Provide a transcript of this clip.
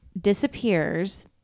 disappears